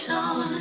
on